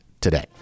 today